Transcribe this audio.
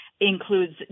includes